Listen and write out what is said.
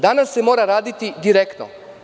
Danas se mora raditi direktno.